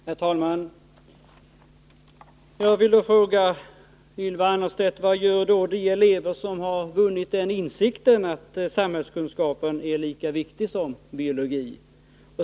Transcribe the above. Herr talman! Jag vill fråga Ylva Annerstedt: Vad gör de elever som har vunnit den insikten att samhällskunskap är lika viktig som biologi?